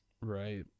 Right